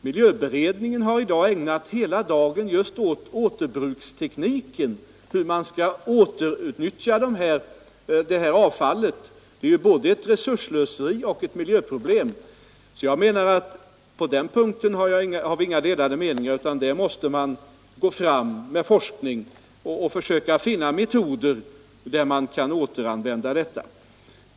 Miljövårdsberedningen har också ägnat hela dagen i dag just åt återanvändningstekniken, hur vi skall kunna återutnyttja avfallet. Det är ju både ett resursslöseri och ett miljöproblem att inte ta vara på det. På den punkten är alltså inte våra meningar delade. Och där måste vi gå fram på forskningens väg och försöka finna metoder med vilkas hjälp vi kan återanvända avfallet.